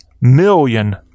million